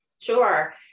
Sure